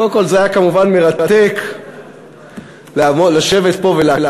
קודם כול, זה היה כמובן מרתק לשבת פה ולהקשיב.